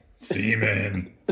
Seamen